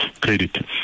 credit